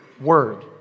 word